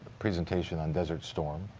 presentation on desert storm.